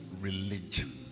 religion